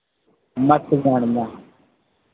मतगणना